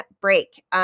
break